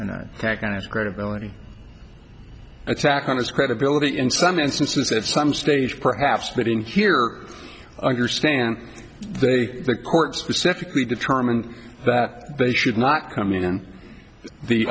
and that kind of credibility attack on his credibility in some instances at some stage perhaps but in here i understand they the court specifically determine that they should not come in